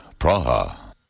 Praha